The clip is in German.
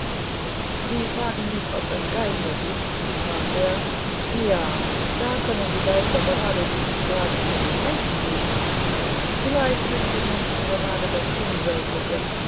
sie fragen mich ob es geister gibt spricht er ja da können die geister geradeso gut fragen ob es menschen gibt vielleicht sind wir menschen gerade das unwirkliche